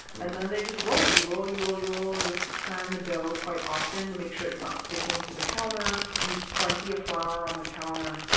and then they just roll. you roll, you roll, you roll. you have to turn the dough quite often to make sure it's not sticking to the counter. use plenty of flour on the counter,